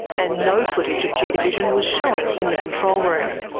and no footage of g division was showing in the control room.